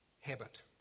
habit